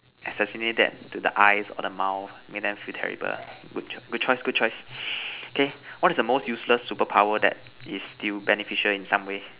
assassinate that to the eyes or the mouth make them feel terrible ah good choice good choice okay what is the most useless superpower that is still beneficial in some way